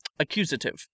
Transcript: Accusative